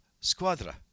Squadra